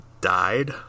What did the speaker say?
Died